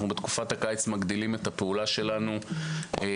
בתקופת הקיץ אנחנו מגדילים את פעולתנו גם